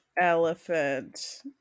Elephant